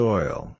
Soil